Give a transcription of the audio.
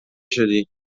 شدی